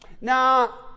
Now